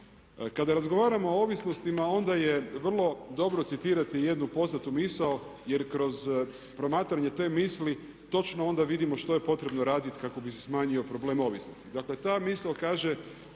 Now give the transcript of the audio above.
Kada razgovaramo o ovisnostima onda je vrlo dobro citirati jednu poznatu misao jer kroz promatranje te misli točno onda vidimo kako bi se smanjio problem ovisnosti. Dakle ta misao kaže